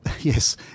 yes